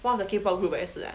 one of the K pop group 也是